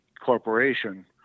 corporation